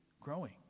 growing